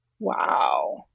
wow